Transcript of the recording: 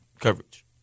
coverage